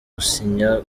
gusinya